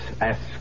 ask